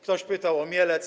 Ktoś pytał o Mielec.